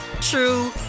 true